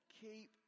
Keep